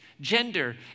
gender